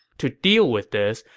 to deal with this,